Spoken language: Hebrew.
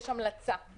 יש המלצה.